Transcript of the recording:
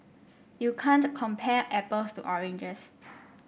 you can't compare apples to oranges